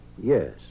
Yes